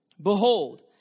Behold